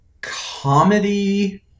comedy